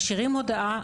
משאירים הודעה,